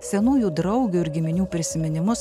senųjų draugių ir giminių prisiminimus